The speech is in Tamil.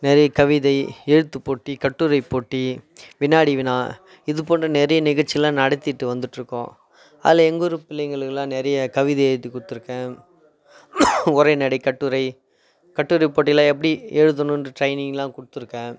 நிறைய கவிதை எழுத்து போட்டி கட்டுரை போட்டி வினாடி வினா இது போன்ற நிறைய நிகழ்ச்சியெலாம் நடத்திகிட்டு வந்துகிட்டுருக்கோம் அதில் எங்கள் ஊர் பிள்ளைங்களுக்கெலாம் நிறைய கவிதை எழுதிக் கொடுத்து இருக்கேன் உரைநடை கட்டுரை கட்டுரை போட்டியெலாம் எப்படி எழுதணும்னு ட்ரைனிங்கெலாம் கொடுத்துருக்கேன்